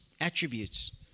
attributes